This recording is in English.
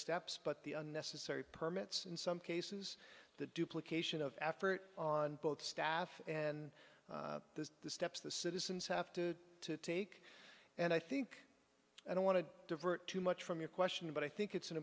steps but the unnecessary permits in some cases the duplication of effort on both staff and the steps the citizens have to take and i think i don't want to divert too much from your question but i think it's an